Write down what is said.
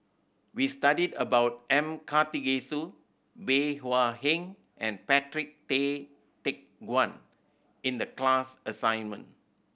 we studied about M Karthigesu Bey Hua Heng and Patrick Tay Teck Guan in the class assignment